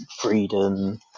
freedom